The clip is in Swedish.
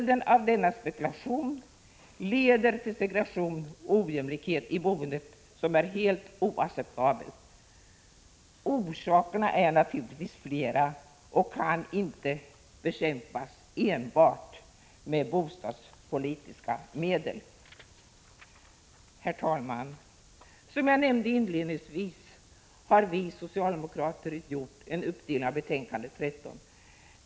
Denna spekulation leder till segregation och ojämlikhet i boendet, något som är helt oacceptabelt. Orsakerna är naturligtvis flera och kan inte bekämpas enbart med bostadspolitiska medel. Herr talman! Som jag nämnde inledningsvis har vi socialdemokrater gjort en uppdelning av betänkandet 13.